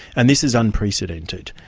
and this is unprecedented.